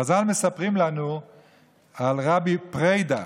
חז"ל מספרים לנו על רבי פרידא.